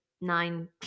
nine